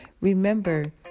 remember